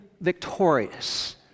victorious